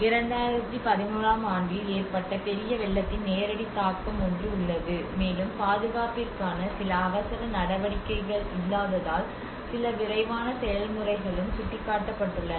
2011 ஆம் ஆண்டில் ஏற்பட்ட பெரிய வெள்ளத்தின் நேரடி தாக்கம் ஒன்று உள்ளது மேலும் பாதுகாப்பிற்கான சில அவசர நடவடிக்கைகள் இல்லாததால் சில விரைவான செயல்முறைகளும் சுட்டிக்காட்டப்பட்டுள்ளன